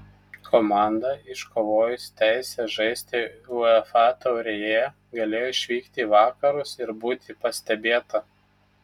komanda iškovojusi teisę žaisti uefa taurėje galėjo išvykti į vakarus ir būti pastebėta